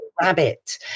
rabbit